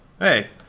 hey